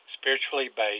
spiritually-based